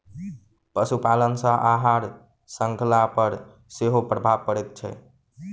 पशुपालन सॅ आहार शृंखला पर सेहो प्रभाव पड़ैत छै